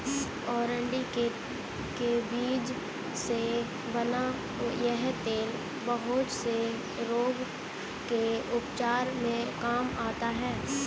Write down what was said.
अरंडी के बीज से बना यह तेल बहुत से रोग के उपचार में काम आता है